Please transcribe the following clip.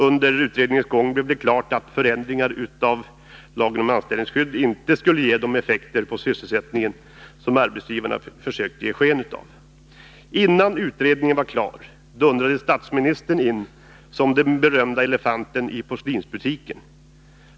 Under utredningens gång blev det klart att förändringar av LAS inte skulle ge de effekter på sysselsättningen som arbetsgivarna försökt ge sken av. Innan utredningen var klar dundrade statsministern in som den berömda elefanten i porslinsbutiken.